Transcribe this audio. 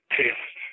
test